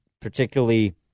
particularly